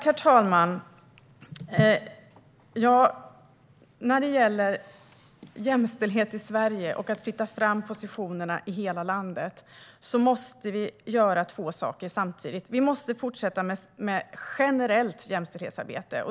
Herr talman! När det gäller jämställdhet i Sverige och att flytta fram positionerna i hela landet måste vi göra två saker samtidigt. Vi måste fortsätta med ett generellt jämställdhetsarbete.